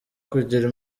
kugira